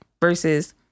Versus